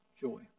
joy